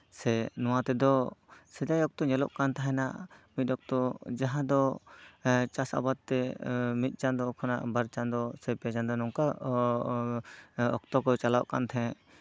ᱥᱮ ᱱᱚᱣᱟ ᱛᱮᱫᱚ ᱥᱮᱫᱟᱭ ᱚᱠᱛᱚ ᱧᱮᱞᱚᱜ ᱠᱟᱱ ᱛᱟᱦᱮᱱᱟ ᱢᱤᱫ ᱚᱠᱛᱚ ᱡᱟᱦᱟᱸ ᱫᱚ ᱪᱟᱥ ᱟᱵᱟᱫ ᱛᱮ ᱢᱤᱫ ᱪᱟᱸᱫᱳ ᱠᱷᱚᱱᱟᱜ ᱵᱟᱨ ᱪᱟᱸᱫᱳ ᱥᱮ ᱯᱮ ᱪᱟᱸᱫᱚ ᱱᱚᱝᱠᱟ ᱚᱠᱛᱚ ᱠᱚ ᱪᱟᱞᱟᱣᱚᱜ ᱠᱟᱱ ᱛᱟᱦᱮᱸᱜ